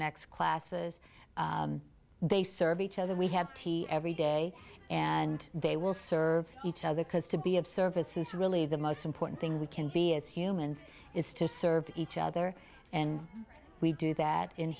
next classes they serve each other we have tea every day and they will serve each other because to be of service is really the most important thing we can be as humans is to serve each other and we do that in